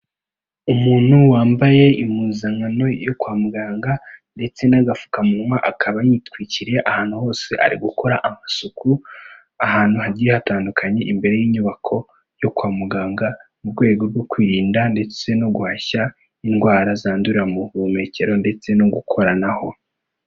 Umuntu wambaye impuzankano yo kwa muganga ndetse n'agapfukamunwa, akaba yitwikiriye ahantu hose ari gukora amasuku, ahantu hagiye hatandukanye, imbere y'inyubako yo kwa muganga. Mu rwego rwo kwirinda ndetse no guhashya indwara zandura mu buhumekero ndetse no gukoranaho.